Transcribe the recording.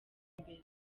mbere